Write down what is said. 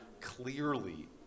clearly